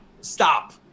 stop